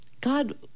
God